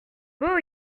beau